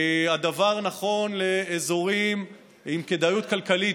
הדבר נכון לאזורים עם כדאיות כלכלית,